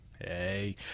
Hey